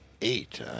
eight